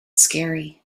scary